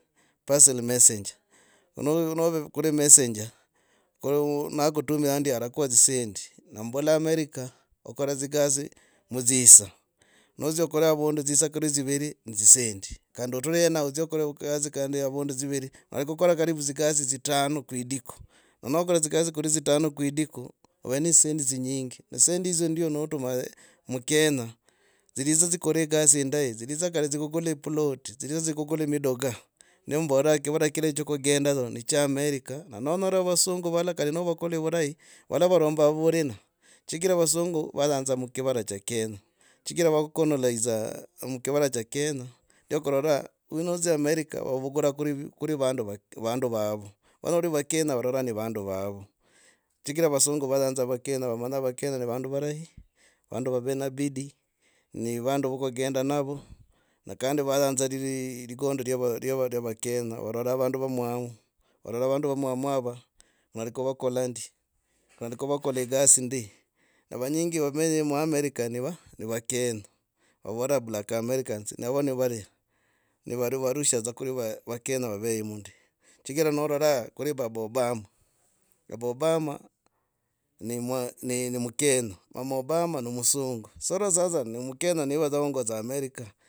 Parce messanger no nove kuri messanger. kuri nakutumi andi arakwa dzisendi. Nembala america okora dzigasi mudz saa. nodzia kaa avundu dzisaa kuri dzivire ne dzisend kandi oture avwenevo odzie okoro kari gasi kandi avundu tsiviriri walikukora karibu dzikasi dzitano kuidiku ne nokora dzi gasi kuli tsitano kuidiku ove ne dzisendi dzinyingi ne dzisendi hizo ndyo notuma mukenya dziriza dzigore indahi. oziriza kali dzigule ploti dziriza dzigule midoga. Nembora kivawa kirya cha kugenda dza ni cha america na nonyore vasungu valala kari novakol olola varomba vulina chigira vasungu vayanza mukivara cha kenya chigira vacolonizaa mkivara cha kenya ndio kuroraa nadzia america ni vandu vavo. chigira vasungu vayanza vakenya. vamanya vakenya ni vandu varahi. vandu vave ne bidi ni vondo vo kugendaa navo no kandi vayanza lili likondo lyovo lyo vakenya varora vandu vamwamu varora vande vamwama hava nalikuwakola ndi khandi khuvakala gasi ndi avanyingi vamenya mu america ni va ni va kenya. Vavara black americans nava nivare, nivari va rusha kun vakenya vavemo ndi chigira norara kuri baba obama. Baba obama ni mwazni mukenya mama obama no musungu. Sorora sasa ni mukenya ni ovedza naongoza america.